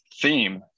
theme